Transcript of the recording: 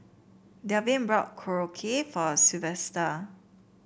Delvin brought Korokke for Silvester